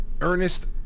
Ernest